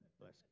bless